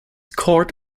court